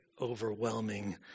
overwhelming